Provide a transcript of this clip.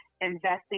investing